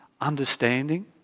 understanding